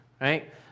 Right